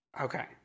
Okay